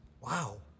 Wow